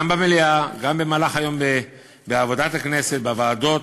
גם במליאה וגם במהלך היום בעבודת הכנסת בוועדות,